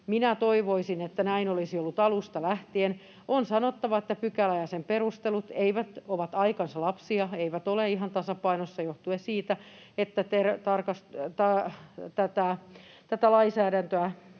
Minä toivoisin, että näin olisi ollut alusta lähtien. On sanottava, että pykälä ja sen perustelut ovat aikansa lapsia, eivät ole ihan tasapainossa johtuen siitä, että tätä lainsäädäntöä